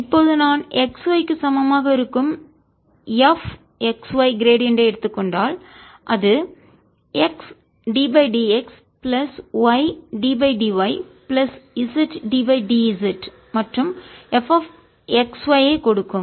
இப்போது நான் xy க்கு சமமாக இருக்கும் fxy கிரேடியண்ட் ஐ எடுத்துக்கொண்டால் அது x d dx plus yd dy plus zd dz மற்றும் fxy கொடுக்கும்